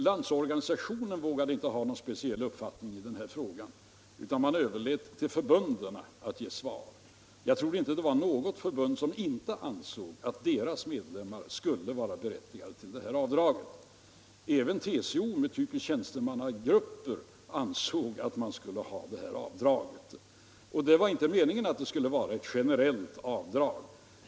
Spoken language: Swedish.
Landsorganisationen vågade inte ha någon speciell uppfattning i denna fråga utan överlät åt de anslutna förbunden att ge svar. Jag tror inte att det var något förbund som inte ansåg att dess medlemmar skulle vara berättigade till detta avdrag. Även TCO med typiska statstjänstemannagrupper ansåg att deras medlemmar skulle ha rätt till detta avdrag. Men det var inte meningen att avdraget skulle vara generellt.